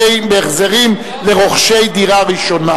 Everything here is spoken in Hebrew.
בהחזרים לרוכשי דירה ראשונה)